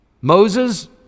Moses